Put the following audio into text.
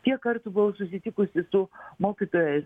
kiek kartų buvau susitikusi su mokytojais